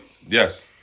yes